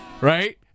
right